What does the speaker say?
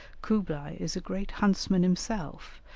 kublai is a great huntsman himself,